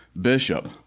Bishop